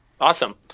Awesome